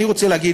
אני רוצה להגיד